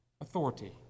authority